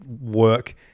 work